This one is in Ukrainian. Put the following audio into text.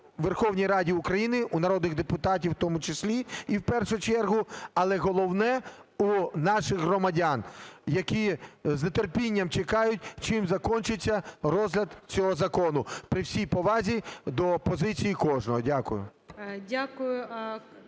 Верховній Раді України, у народних депутатів у тому числі і в першу чергу, але головне – у наших громадян, які з нетерпінням чекають, чим закінчиться розгляд цього закону. При всій повазі до позиції кожного. Дякую.